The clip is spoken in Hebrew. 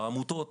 לעמותות